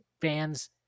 fans